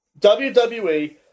WWE